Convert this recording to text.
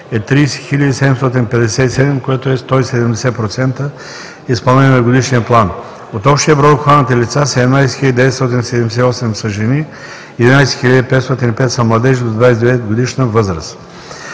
е 30 757, което е 170% изпълнение на годишния план. От общия брой обхванати лица, 17 978 са жени, 11 505 са младежи до 29 години възраст.